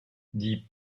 die